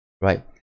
right